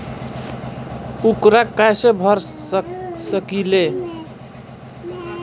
ऊकरा कैसे भर सकीले?